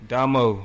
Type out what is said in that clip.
Damo